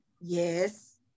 yes